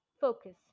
focus